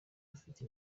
rufite